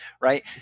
right